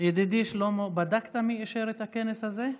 ידידי שלמה, בדקת מי אישר את הכנס הזה?